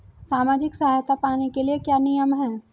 सामाजिक सहायता पाने के लिए क्या नियम हैं?